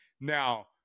Now